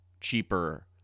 cheaper